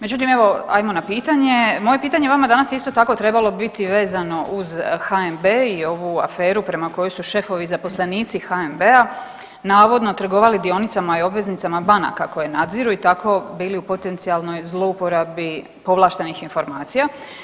Međutim, evo ajmo na pitanje, moje pitanje vama danas isto tako trebalo bi biti uz HNB i ovu aferu prema kojoj su šefovi zaposlenici HNB-a navodno trgovali dionicama i obveznicama banaka koje nadziru i tako bili u potencijalnoj zlouporabi povlaštenih informacija.